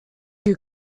you